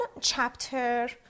chapter